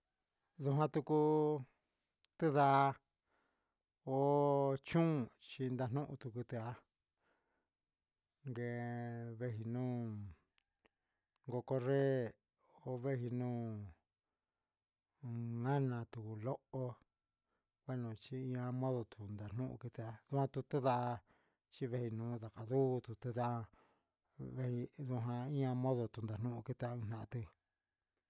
Jatu cuu tindaa oo chun tindanuhun quitia guee vehi nuun ocorree ovehi nuun nahina loho xinamoun quita vatu quindaa chi vehi ndundo ian ñaan modo